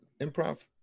improv